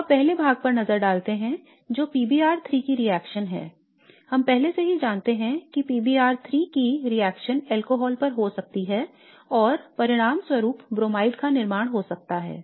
तो अब पहले भाग पर नजर डालते हैं जो PBr3 की रिएक्शन है हम पहले से ही जानते हैं कि PBr3 की रिएक्शन अल्कोहल पर हो सकती है और परिणामस्वरूप ब्रोमाइड का निर्माण हो सकता है